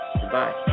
goodbye